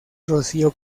rocío